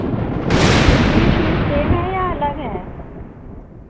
उसकी भी fees same है या अलग है